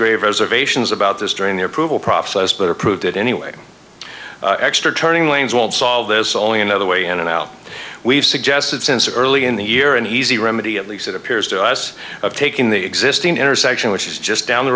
grave reservations about this during the approval process but approved it anyway extra turning lanes won't solve this only another way in and out we've suggested since early in the year an easy remedy at least it appears to us of taking the existing intersection which is just down the